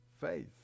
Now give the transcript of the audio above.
faith